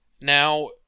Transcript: Now